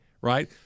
right